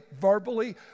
verbally